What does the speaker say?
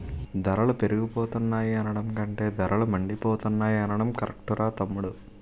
ధరలు పెరిగిపోతున్నాయి అనడం కంటే ధరలు మండిపోతున్నాయ్ అనడం కరెక్టురా తమ్ముడూ